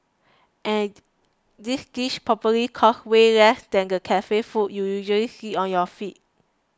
and these dishes probably cost way less than the cafe food you usually see on your feed